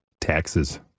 Taxes